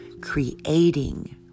creating